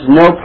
no